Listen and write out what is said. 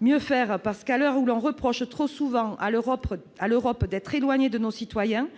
Oui, je le reconnais ! À l'heure où l'on reproche trop souvent à l'Europe d'être éloignée de nos concitoyens,